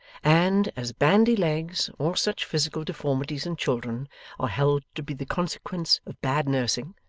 and, as bandy-legs or such physical deformities in children are held to be the consequence of bad nursing,